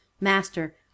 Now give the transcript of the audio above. Master